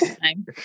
time